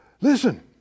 Listen